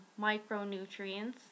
micronutrients